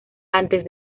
antes